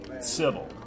civil